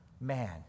man